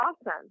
awesome